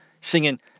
singing